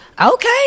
okay